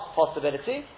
possibility